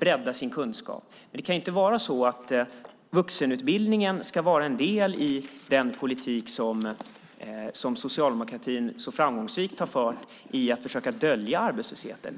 bredda sin kunskap. Det kan inte vara så att vuxenutbildningen ska vara en del i den politik som Socialdemokraterna så framgångsrikt har fört för att försöka dölja arbetslösheten.